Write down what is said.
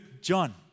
John